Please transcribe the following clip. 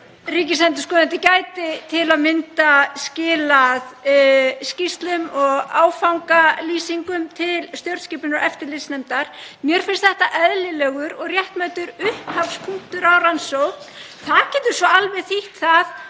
Ríkisendurskoðandi gæti til að mynda skilað skýrslum og áfangalýsingum til stjórnskipunar- og eftirlitsnefndar. Mér finnst þetta eðlilegur og réttmætur upphafspunktur á rannsókn. Það getur svo alveg þýtt það